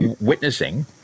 witnessing